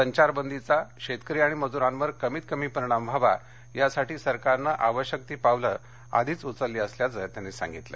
संघारबंदीघा शेतकरी आणि मजुरांवर कमीत कमी परिणाम व्हावा यासाठी सरकारनं आवश्यक ती पावले आधीच उचलली असल्याचंही त्यांनी सांगितलं